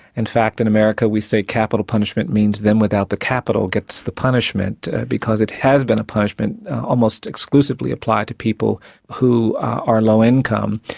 in fact, in america we say capital punishment means them without the capital gets the punishment, because it has been a punishment almost exclusively applied to people who are low income.